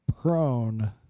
prone